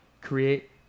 create